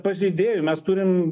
pažeidėjų mes turim